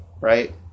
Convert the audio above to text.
right